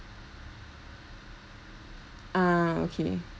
ah okay